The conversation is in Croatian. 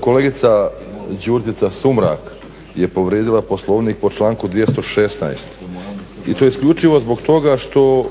Kolegica Đurđica Sumrak je povrijedila Poslovnik po članku 216. i to isključivo zbog toga što